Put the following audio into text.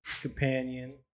companion